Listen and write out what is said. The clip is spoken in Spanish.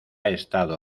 estado